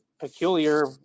peculiar